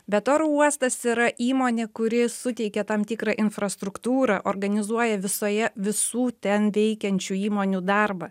bet oro uostas yra įmonė kuri suteikia tam tikrą infrastruktūrą organizuoja visoje visų ten veikiančių įmonių darbą